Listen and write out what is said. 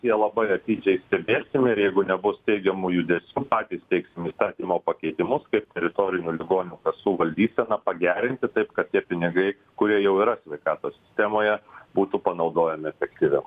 ją labai atidžiai stebėsim ir jeigu nebus teigiamų judesių patys teiksim įstatymo pakeitimus kaip teritorinių ligonių kasų valdyseną pagerinti taip kad tie pinigai kurie jau yra sveikatos sistemoje būtų panaudojami efektyviau